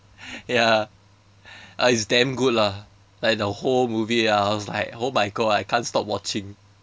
ya uh it's damn good lah like the whole movie ya I was like oh my god I can't stop watching